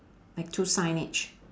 like two signage